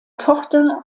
tochter